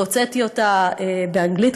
והוצאתי אותה באנגלית,